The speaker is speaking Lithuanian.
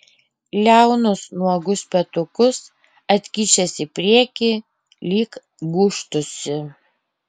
liaunus nuogus petukus atkišęs į priekį lyg gūžtųsi